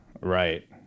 Right